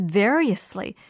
variously